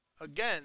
again